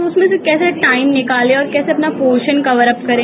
तो उसमें से कैसे टाइम निकाले और कैसे अपना पोर्शन कवर अप करें